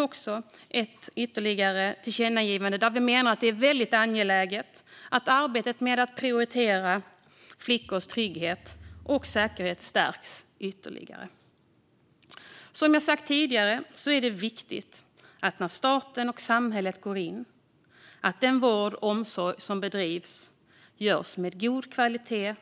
Det andra tillkännagivandet gäller att vi menar att det är väldigt angeläget att arbetet med att prioritera flickors trygghet och säkerhet stärks ytterligare. Som jag sagt tidigare är det viktigt att vård och omsorg bedrivs med god kvalitet när staten och samhället går in,